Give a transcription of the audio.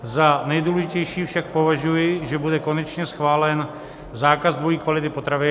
Za nejdůležitější však považuji, že bude konečně schválen zákaz dvojí kvality potravin.